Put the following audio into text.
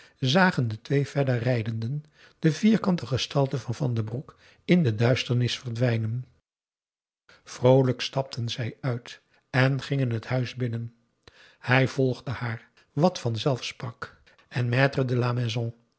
zagen de twee verder rijdenden de vierkante gestalte van van den broek in de duisternis verdwijnen p a daum hoe hij raad van indië werd onder ps maurits vroolijk stapten zij uit en gingen het huis binnen hij volgde haar wat vanzelf sprak